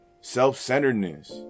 self-centeredness